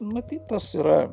matyt tas yra